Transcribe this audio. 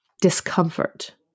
Discomfort